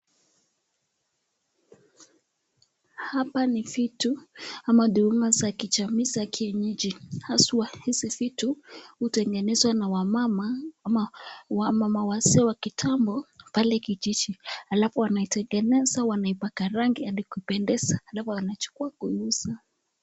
Hapa ni vitu ama dhulma za kijamii za kienyeji. Haswa hizi vitu hutengenezwa na wamama ama wamama wazee wa kitambo pale kijiji, alafu wanaitengeneza wanaipaka rangi hadi kupendeza alafu wanachukua kuiuza.